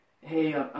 Hey